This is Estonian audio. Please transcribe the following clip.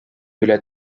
üle